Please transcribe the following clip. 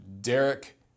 Derek